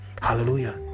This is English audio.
Hallelujah